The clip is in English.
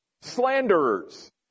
slanderers